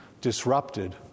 disrupted